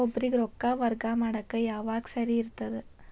ಒಬ್ಬರಿಗ ರೊಕ್ಕ ವರ್ಗಾ ಮಾಡಾಕ್ ಯಾವಾಗ ಸರಿ ಇರ್ತದ್?